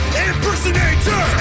impersonator